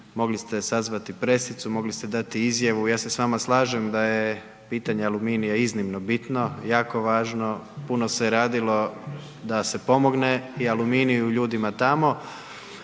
mogli ste sazvati pressicu, mogli ste dati izjavu, ja se s vama slažem da je pitanje Aluminija iznimno bitno, jako važno, puno se radilo da se pomogne i Aluminiju i ljudima tamo,